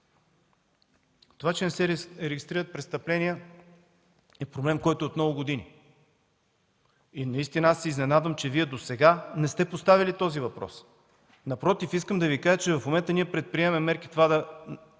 Това, че не се регистрират престъпления, е проблем от много години. Изненадвам се, че Вие досега не сте поставяли този въпрос. Напротив, искам да Ви кажа, че в момента ние предприемаме мерки тези